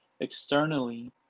Externally